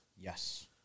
Yes